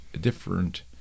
different